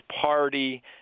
Party